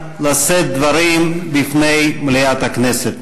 לשאת דברים בפני מליאת הכנסת.